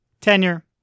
tenure